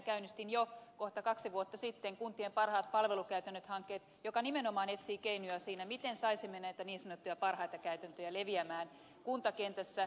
käynnistin jo kohta kaksi vuotta sitten kuntien parhaat palvelukäytännöt hankkeen joka nimenomaan etsii keinoja siihen miten saisimme näitä niin sanottuja parhaita käytäntöjä leviämään kuntakentässä